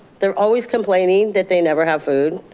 they're always complaining that they never have food.